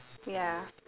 ya